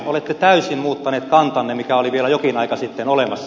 olette täysin muuttaneet kantanne mikä oli vielä jokin aika sitten olemassa